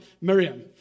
Miriam